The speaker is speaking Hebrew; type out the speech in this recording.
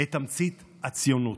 את תמצית הציונות.